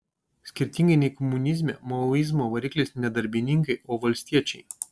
skirtingai nei komunizme maoizmo variklis ne darbininkai o valstiečiai